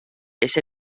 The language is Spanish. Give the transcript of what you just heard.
ese